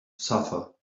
suffer